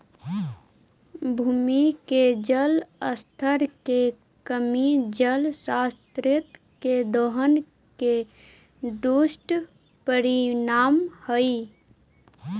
भूमि के जल स्तर के कमी जल स्रोत के दोहन के दुष्परिणाम हई